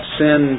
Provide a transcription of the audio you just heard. sin